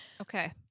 Okay